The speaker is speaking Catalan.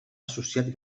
associat